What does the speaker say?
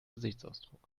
gesichtsausdruck